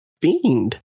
fiend